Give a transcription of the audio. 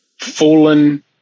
fallen